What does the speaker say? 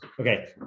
Okay